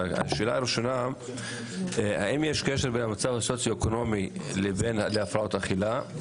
שאלה ראשונה: האם יש קשר בין המצב הסוציו-אקונומי לבין הפרעות אכילה?